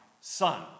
Son